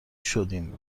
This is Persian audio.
شدیم